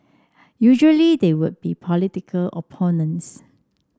usually they would be political opponents